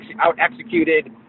out-executed